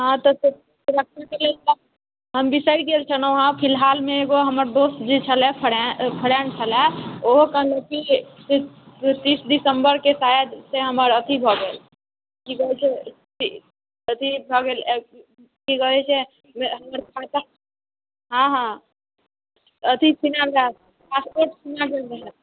हाँ तऽ तब रखने छलै तऽ हम बिसरि गेल छलहुँ हँ फिलहालमे एगो हमर दोस्त जे छलैया फरे फरेण्ड जे छलैया ओहो कहलक की तीस दिसम्बरके शायद से हमर अथी भऽ गेल की कहैत छै अथी भऽ गेल की कहैत छै परेशान हँ हँ अथी किनायल रहए बास्केट किना गेल रहए